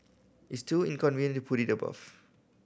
it's too inconvenient to put it above